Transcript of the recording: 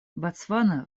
ботсвана